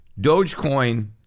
Dogecoin